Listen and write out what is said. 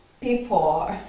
people